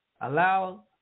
allow